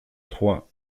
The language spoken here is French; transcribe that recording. trois